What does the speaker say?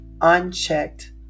unchecked